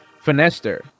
Finester